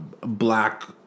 black